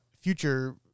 future